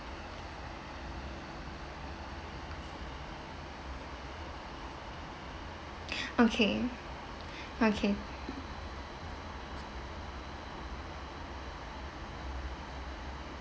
okay okay